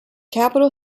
capital